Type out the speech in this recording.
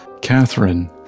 Catherine